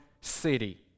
city